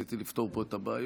ניסיתי לפתור פה את הבעיות.